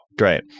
Right